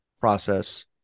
process